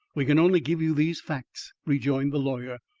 we can only give you these facts, rejoined the lawyer.